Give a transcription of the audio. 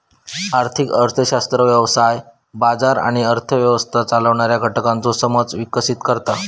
आर्थिक अर्थशास्त्र व्यवसाय, बाजार आणि अर्थ व्यवस्था चालवणाऱ्या घटकांचो समज विकसीत करता